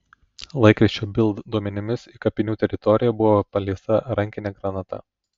laikraščio bild duomenimis į kapinių teritoriją buvo paleista rankinė granata